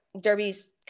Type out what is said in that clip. derbies